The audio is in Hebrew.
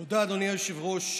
תודה, אדוני היושב-ראש.